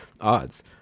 odds